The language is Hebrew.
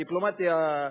הדיפלומטיה,